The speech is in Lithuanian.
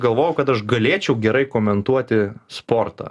galvojau kad aš galėčiau gerai komentuoti sportą